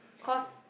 cause